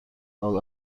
all